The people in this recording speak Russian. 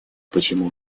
почему